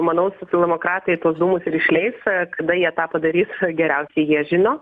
manau socialdemokratai tuos dūmus ir išleis kada jie tą padarys geriausiai jie žino